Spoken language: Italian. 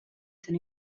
sono